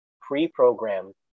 pre-programmed